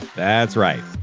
that's right.